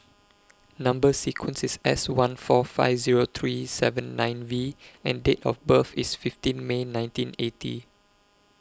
Number sequence IS S one four five Zero three seven nine V and Date of birth IS fifteen May nineteen eighty